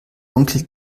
onkel